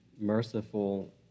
merciful